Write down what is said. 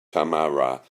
tamara